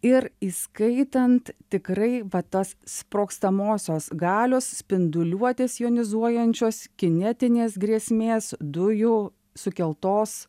ir įskaitant tikrai va tas sprogstamosios galios spinduliuotės jonizuojančios kinetinės grėsmės dujų sukeltos